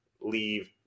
leave